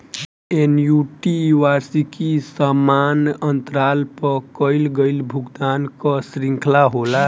annuity वार्षिकी समान अंतराल पअ कईल गईल भुगतान कअ श्रृंखला होला